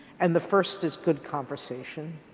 and the first is good conversation.